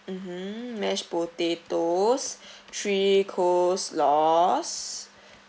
mmhmm mashed potatoes three coleslaws